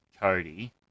Cody